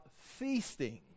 feasting